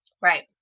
Right